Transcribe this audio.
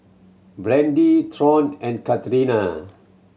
Brandee Thornton and Katarina